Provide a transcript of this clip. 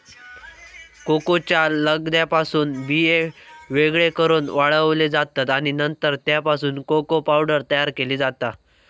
कोकोच्या लगद्यापासून बिये वेगळे करून वाळवले जातत आणि नंतर त्यापासून कोको पावडर तयार केली जाता